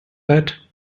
that